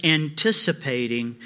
anticipating